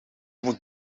moet